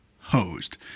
hosed